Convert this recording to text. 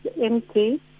empty